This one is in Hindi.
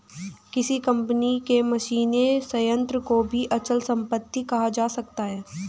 किसी कंपनी के मशीनी संयंत्र को भी अचल संपत्ति कहा जा सकता है